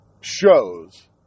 shows